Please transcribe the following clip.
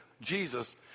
Jesus